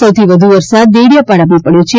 સૌથી વધુ વરસાદ દેડીયાપાડામાં પડયો છે